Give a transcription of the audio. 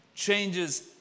changes